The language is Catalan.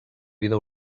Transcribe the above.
vida